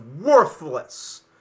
worthless